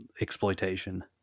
exploitation